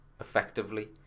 effectively